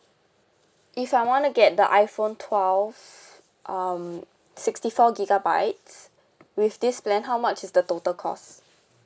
if I wanna get the iphone twelve um sixty four gigabytes with this plan how much is the total cost